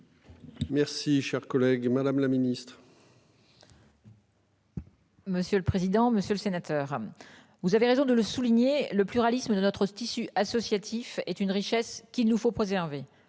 Merci cher collègue. Madame la Ministre. Monsieur le président, monsieur le sénateur. Vous avez raison de le souligner, le pluralisme de notre ce tissu associatif est une richesse qu'il nous faut préserver